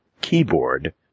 keyboard